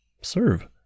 serve